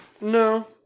No